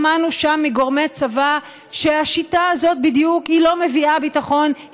שמענו שם מגורמי צבא שהשיטה הזאת בדיוק לא מביאה ביטחון,